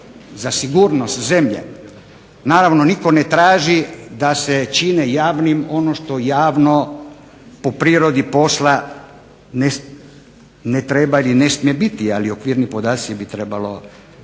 za sigurnost zemlje. Naravno nitko ne traži da se čine javnim ono što javno po prirodi posla ne treba ili ne smije biti, ali okvirni podaci bi trebalo